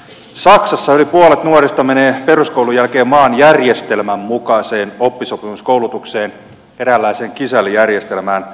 saksassa yli puolet nuorista menee peruskoulun jälkeen maan järjestelmän mukaiseen oppisopimuskoulutukseen eräänlaiseen kisällijärjestelmään